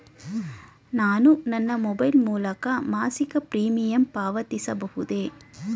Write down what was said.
ನಾನು ನನ್ನ ಮೊಬೈಲ್ ಮೂಲಕ ಮಾಸಿಕ ಪ್ರೀಮಿಯಂ ಪಾವತಿಸಬಹುದೇ?